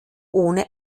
ohne